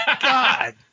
god